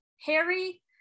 Harry